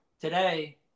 Today